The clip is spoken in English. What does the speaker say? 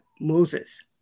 Moses